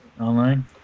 online